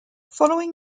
following